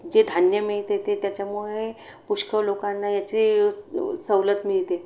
जे धान्य मिळते ते त्याच्यामुळे पुष्कळ लोकांना याचे सवलत मिळते